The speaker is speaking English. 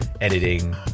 editing